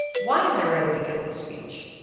why i'm i ready to give this speech,